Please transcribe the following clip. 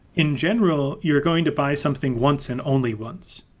in general, you're going to buy something once and only once.